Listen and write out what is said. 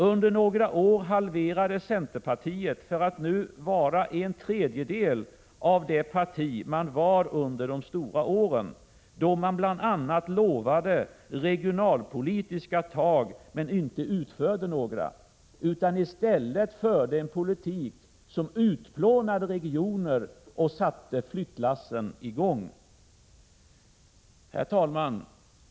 Under några år halverades centerpartiet, för att nu vara en tredjedel av det parti det var under de stora åren — då man bl.a. lovade regionalpolitiska tag men inte utförde några utan i stället förde en politik som utplånade regioner och satte flyttlassen i gång. Herr talman!